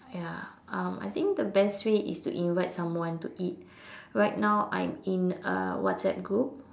ya um I think the best way is to invite someone to eat right now I'm in a WhatsApp group